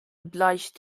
obliged